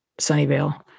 Sunnyvale